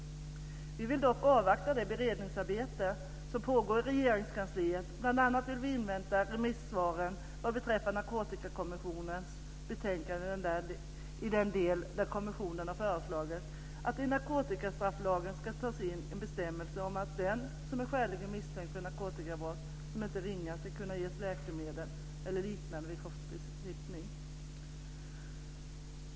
Vi vill dock avvakta det beredningsarbete som pågår i Regeringskansliet. Vi vill bl.a. invänta remissvaren vad beträffar Narkotikakommissionens betänkande i den del där kommissionen har föreslagit att det i narkotikastrafflagen ska tas in en bestämmelse om att den som är skäligen misstänkt för narkotikabrott som inte är ringa ska kunna ges läkemedel eller liknande vid kroppsbesiktning.